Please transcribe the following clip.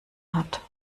hat